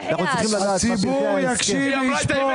מי נמנע?